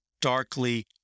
darkly